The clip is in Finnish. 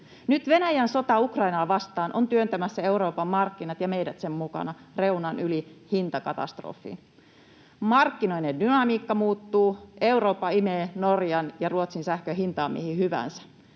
Nyt Venäjän sota Ukrainaa vastaan on työntämässä Euroopan markkinat ja meidät sen mukana reunan yli hintakatastrofiin. Markkinoiden dynamiikka muuttuu. Eurooppa imee Norjan ja Ruotsin sähkön hintaan mihin hyvänsä.